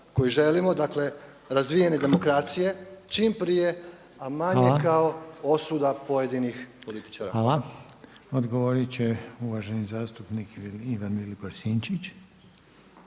koji želimo, dakle razvijene demokracije čim prije a manje kako osuda pojedinih političara. **Reiner, Željko (HDZ)** Hvala. Odgovorit će uvaženi zastupnik Ivan Vilibor Sinčić.